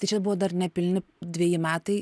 tai čia buvo dar nepilni dveji metai